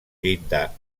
llindar